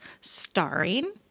Starring